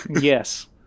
Yes